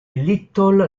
little